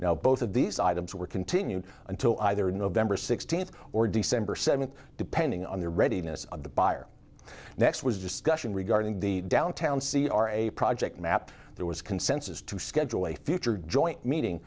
now both of these items were continued until either november sixteenth or december seventh depending on the readiness of the buyer next was discussion regarding the downtown see or a project map there was consensus to schedule a future joint meeting